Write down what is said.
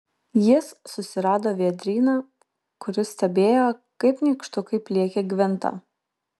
jis susirado vėdryną kuris stebėjo kaip nykštukai pliekia gvintą